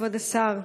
כבוד השר,